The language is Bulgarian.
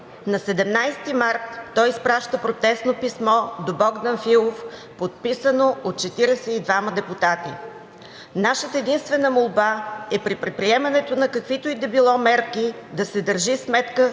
На 17 март той изпраща протестно писмо до Богдан Филов, подписано от 42-ма депутати: „Нашата единствена молба е при приемането на каквито и да било мерки, да се държи сметка